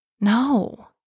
No